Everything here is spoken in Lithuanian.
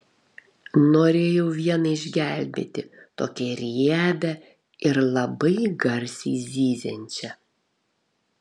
norėjau vieną išgelbėti tokią riebią ir labai garsiai zyziančią